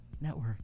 Network